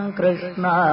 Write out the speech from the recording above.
krishna